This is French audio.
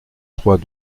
trois